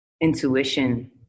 Intuition